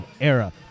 era